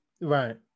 Right